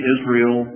Israel